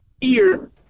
ear